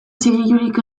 zigilurik